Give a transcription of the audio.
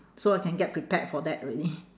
so I can get prepared for that already